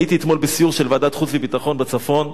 הייתי אתמול בסיור של ועדת חוץ וביטחון בצפון.